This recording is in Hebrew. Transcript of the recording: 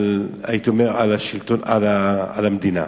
על המדינה.